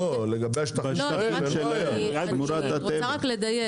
אני רוצה רק לדייק.